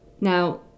Now